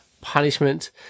punishment